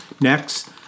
Next